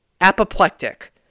Apoplectic